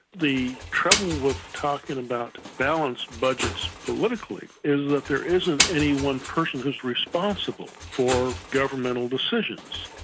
the trouble with talking about balanced budgets politically is that there isn't any one person who's responsible for governmental decisions.